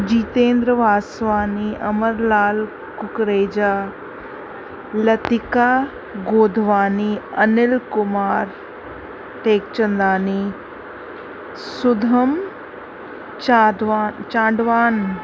Jitendra Vaswani Amarlal Kukreja Latika Godhwani Anil Kumar Tekchandani Sudham Chadwan Chandwan